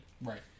right